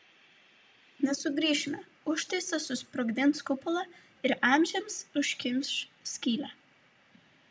nesugrįšime užtaisas susprogdins kupolą ir amžiams užkimš skylę